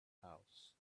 house